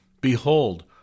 Behold